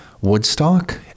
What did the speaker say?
Woodstock